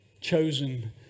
chosen